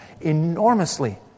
enormously